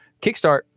kickstart